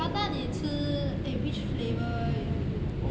prata 你吃 eh which flavour you like to eat ah